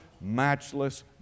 matchless